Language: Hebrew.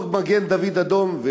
לא מגן-דוד-אדום,